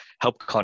help